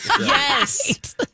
Yes